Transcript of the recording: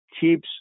keeps